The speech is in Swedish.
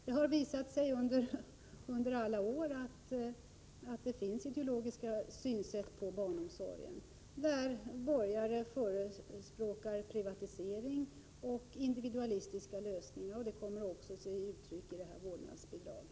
Det har visat sig under alla år att det finns ideologiska synsätt på barnomsorgen, där borgare förespråkar privatisering och individualistiska lösningar, vilket också kommer till uttryck i detta vårdnadsbidrag.